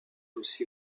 aussi